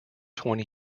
twenty